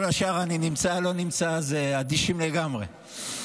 כל השאר, אני נמצא, לא נמצא, אדישים לגמרי.